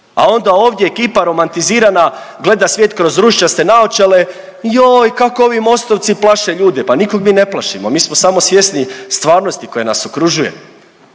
A onda ovdje ekipa romantizirana gleda svijet kroz ružičaste naočale, joj kako ovi MOST-ovci plaše ljude, pa nikog mi ne plašimo, mi smo samo svjesni stvarnosti koja nas okružuje